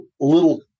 little